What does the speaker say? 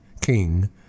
king